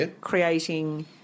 creating